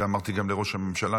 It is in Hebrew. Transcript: את זה אמרתי גם לראש הממשלה,